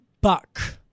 Buck